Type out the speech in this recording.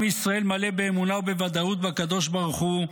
עם ישראל מלא באמונה ובוודאות בקדוש ברוך הוא,